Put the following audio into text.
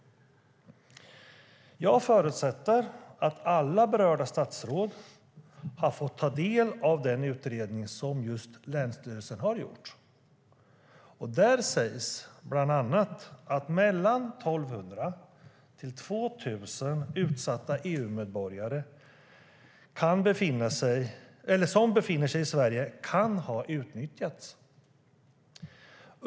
Jag förutsätter att alla berörda statsråd fått ta del av den utredning som länsstyrelsen har gjort. Där sägs bland annat att mellan 1 200 och 2 000 utsatta EU-medborgare som befinner sig i Sverige kan ha utnyttjats.